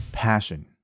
passion